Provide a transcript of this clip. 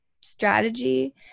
strategy